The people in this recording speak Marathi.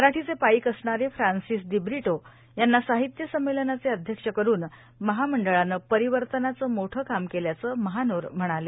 मराठीचे पाईक असणारे फ्रान्सिस दिब्रिटो यांना साहित्य संमेलनाचे अध्यक्ष करून महामंडळानं परिवर्तनाचं मोठ काम केल्याचं महानोर म्हणाले